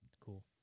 Cool